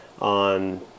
on